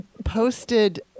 posted